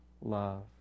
love